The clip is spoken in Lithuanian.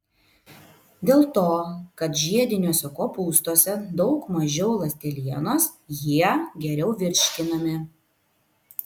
dėl to kad žiediniuose kopūstuose daug mažiau ląstelienos jie geriau virškinami